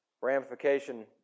ramification